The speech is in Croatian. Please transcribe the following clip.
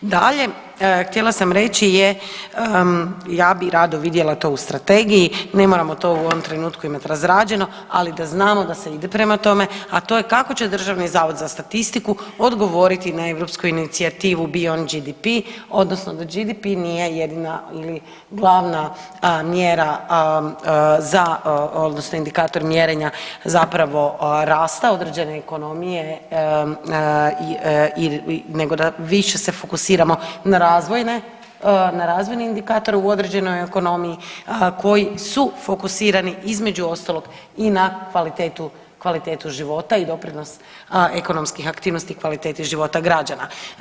Dalje, htjela sam reći je ja bi rado vidjela to u strategiji, ne moramo to u ovom trenutku imat razrađeno, ali da znamo da se ide prema tome, a to je kako će Državni zavod za statistiku odgovoriti na europsku inicijativu … [[Govornik se ne razumije]] odnosno da … [[Govornik se ne razumije]] nije jedina ili glavna mjera za odnosno indikator mjerenja zapravo rasta određene ekonomije nego da više se fokusiramo na razvojne, na razvojne indikatore u određenoj ekonomiji koji su fokusirani između ostalog i na kvalitetu, kvalitetu života i doprinos ekonomskih aktivnosti kvaliteti života građana.